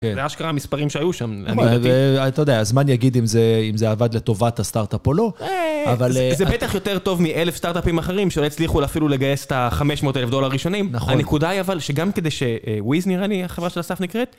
זה אשכרה המספרים שהיו שם. אין בעיה, אתה יודע, הזמן יגיד אם זה עבד לטובת הסטארט-אפ או לא, אבל... זה בטח יותר טוב מאלף סטארט-אפים אחרים שלא הצליחו אפילו לגייס את החמש מאות אלף דולר ראשונים. הנקודה היא אבל, שגם כדי שוויז, נראה לי, החברה של אסף נקראת,